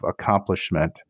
accomplishment